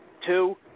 two